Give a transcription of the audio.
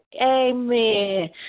Amen